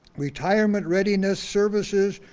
retirement readiness services,